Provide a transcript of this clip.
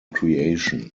creation